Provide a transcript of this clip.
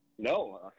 No